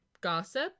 gossip